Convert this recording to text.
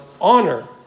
honor